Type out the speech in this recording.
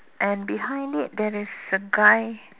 and behind it there is a guy